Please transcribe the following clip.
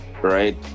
right